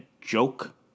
joke